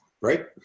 Right